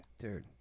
Dude